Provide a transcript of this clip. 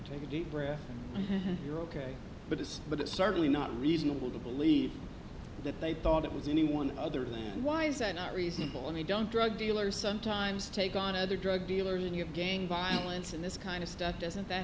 you take a deep breath you're ok but it's but it's certainly not reasonable to believe that they thought it was anyone other than why is that not reasonable i mean don't drug dealers sometimes take on other drug dealers in your gang violence and this kind of stuff doesn't that